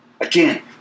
Again